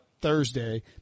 Thursday